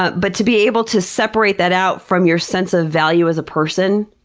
but but to be able to separate that out from your sense of value as a person,